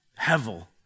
hevel